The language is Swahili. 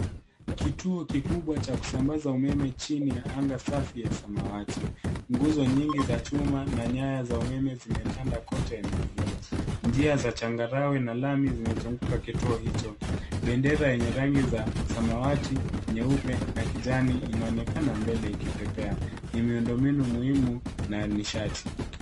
Kituo kikubwa cha kusambaza umeme chini ya anga safi ya samawati. Nguzo nyingi za chuma na nyaya za umeme zimetanda kote eneo hilo. Njia za changarawe na lami zimezunguka kituo hicho. Bendera yenye rangi za samawati nyeupe na kijani inaonekana mbele ikipepea. Ni miundo mbinu muhimu na nishati.